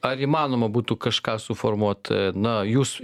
ar įmanoma būtų kažką suformuot na jūs